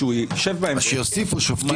שיוסיפו שופטים.